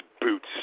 boots